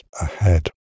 ahead